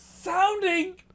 sounding